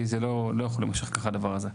כי זה לא, לא יכול להימשך ככה הדבר הזה.